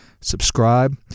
Subscribe